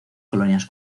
colonias